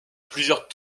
plusieurs